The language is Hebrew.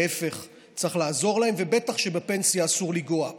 להפך, צריך לעזור להם, ובטח שבפנסיה אסור לגעת.